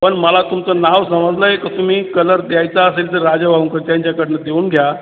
पण मला तुमचं नाव समजलं आहे का तुम्ही कलर द्यायचा असेल तर राजाभाऊंकड त्यांच्याकडनं देऊन घ्या